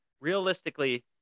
Realistically